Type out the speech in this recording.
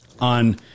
on